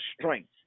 strength